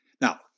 Now